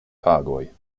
tagoj